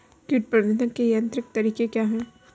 कीट प्रबंधक के यांत्रिक तरीके क्या हैं?